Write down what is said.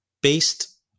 based